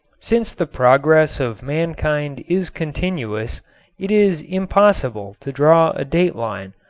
since the progress of mankind is continuous it is impossible to draw a date line,